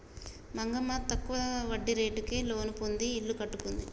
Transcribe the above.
మంగమ్మ తక్కువ వడ్డీ రేటుకే లోను పొంది ఇల్లు కట్టుకుంది